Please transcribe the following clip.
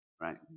right